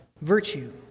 virtue